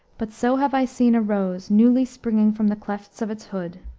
but so have i seen a rose newly springing from the clefts of its hood,